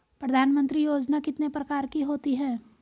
प्रधानमंत्री योजना कितने प्रकार की होती है?